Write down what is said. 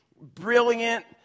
brilliant